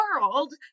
world